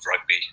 rugby